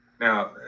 Now